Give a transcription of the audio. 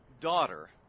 daughter